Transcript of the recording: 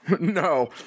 No